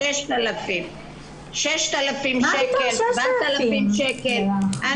6,000 שקל, 7,000 שקל.